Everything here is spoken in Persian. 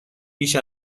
بیش